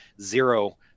zero